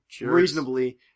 Reasonably